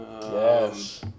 Yes